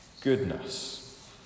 goodness